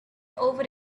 over